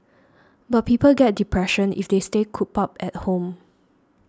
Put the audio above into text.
but people get depression if they stay cooped up at home